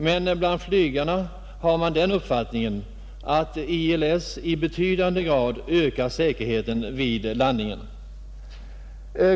Men bland flygarna har man den uppfattningen att ILS i betydande grad ökar säkerheten vid landningen.